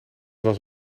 was